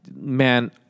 man